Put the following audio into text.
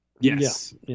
Yes